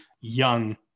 young